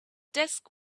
desk